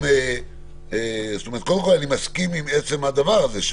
קודם כול אני מסכים עם עצם הדבר הזה,